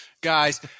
guys